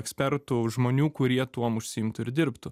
ekspertų žmonių kurie tuom užsiimtų ir dirbtų